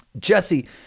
Jesse